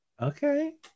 Okay